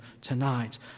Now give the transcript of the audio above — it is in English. tonight